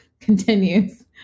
continues